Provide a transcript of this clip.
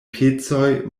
pecoj